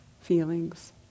feelings